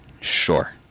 sure